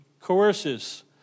coerces